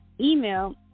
email